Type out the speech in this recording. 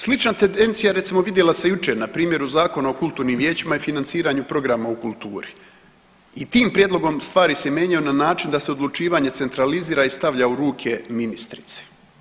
Slična tendencija recimo vidjela se jučer na primjeru Zakona o kulturnim vijećima i financiranju programa u kulturi i tim prijedlogom stvari se mijenjaju na način da se odlučivanje centralizira i stavlja u ruke ministrice.